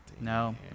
No